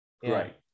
Great